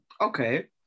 Okay